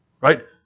Right